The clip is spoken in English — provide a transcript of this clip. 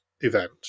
event